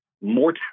more